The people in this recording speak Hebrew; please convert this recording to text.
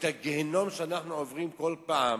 את הגיהינום שאנחנו עוברים כל פעם,